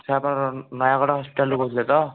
sir ଆପଣ ନୟାଗଡ଼ ହସ୍ପିଟାଲରୁ କହୁଥିଲେ ତ